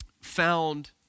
found